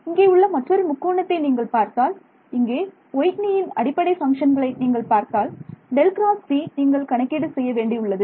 இங்கே உள்ள மற்றொரு முக்கோணத்தை நீங்கள் பார்த்தால் இங்கே ஒயிட்னீயின் அடிப்படை பங்க்ஷன்களை நீங்கள் பார்த்தால் ∇× T நீங்கள் கணக்கீடு செய்ய வேண்டியுள்ளது